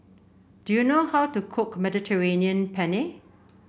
do you know how to cook Mediterranean Penne